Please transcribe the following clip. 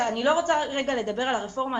אני לא רוצה לדבר על הרפורמה,